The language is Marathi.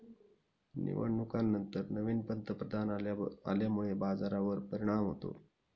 निवडणुकांनंतर नवीन पंतप्रधान आल्यामुळे बाजारावर परिणाम होतो